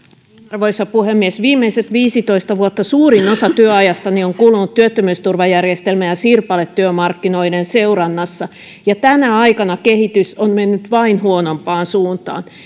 arvoisa puhemies viimeiset viisitoista vuotta suurin osa työajastani on kulunut työttömyysturvajärjestelmän ja sirpaletyömarkkinoiden seurannassa ja tänä aikana kehitys on mennyt vain huonompaan suuntaan